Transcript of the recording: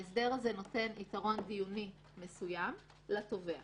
ההסדר הזה נותן יתרון דיוני מסוים לתובע.